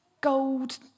gold